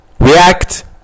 React